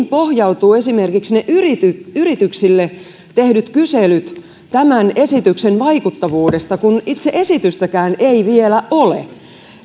pohjautuvat esimerkiksi yrityksille yrityksille tehdyt kyselyt tämän esityksen vaikuttavuudesta kun itse esitystäkään ei vielä ole